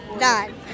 Nine